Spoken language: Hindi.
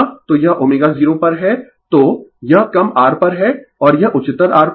तो यह ω0 पर है तो यह कम R पर है और यह उच्चतर R पर है